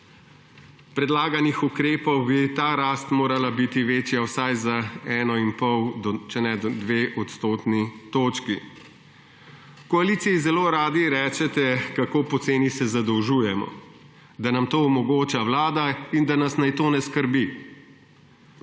predlaganih ukrepov, bi ta rast morala biti večja vsaj za eno in pol, če ne dve odstotni točki. V koaliciji zelo radi rečete, kako poceni se zadolžujemo, da nam to omogoča vlada in da nas naj to ne skrbi.